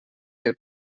que